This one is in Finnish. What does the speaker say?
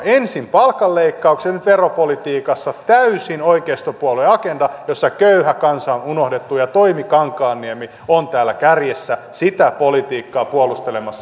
ensin palkanleikkaukset ja nyt veropolitiikassa täysin oikeistopuolueen agenda jossa köyhä kansa on unohdettu ja toimi kankaanniemi on täällä kärjessä sitä politiikkaa puolustelemassa